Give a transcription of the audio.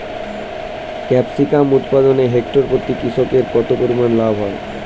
Capsicum উৎপাদনে hectare প্রতি কৃষকের কত পরিমান লাভ হয়?